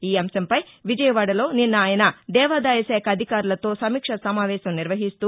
ఈ అశంపై విజయవాడలో నిన్న ఆయన దేవాదాయ శాఖ అధికారలతో సమీక్షా సమావేశం నిర్వహిస్తూ